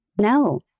No